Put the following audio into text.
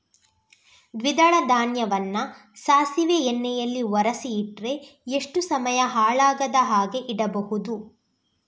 ದ್ವಿದಳ ಧಾನ್ಯವನ್ನ ಸಾಸಿವೆ ಎಣ್ಣೆಯಲ್ಲಿ ಒರಸಿ ಇಟ್ರೆ ಎಷ್ಟು ಸಮಯ ಹಾಳಾಗದ ಹಾಗೆ ಇಡಬಹುದು?